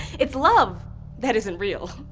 it's love that isn't real.